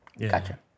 Gotcha